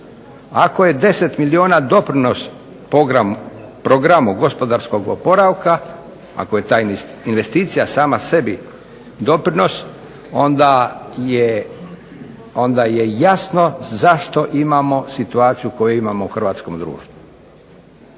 Ako je 10 milijuna doprinos programu gospodarskog oporavka, ako je ta investicija sama sebi doprinos, onda je jasno zašto imamo situaciju koju imamo u hrvatskom društvu.